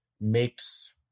makes